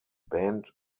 band